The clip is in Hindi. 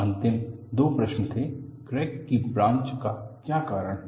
अंतिम दो प्रश्न थे क्रैक की ब्रांच का क्या कारण है